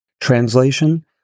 Translation